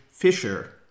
Fisher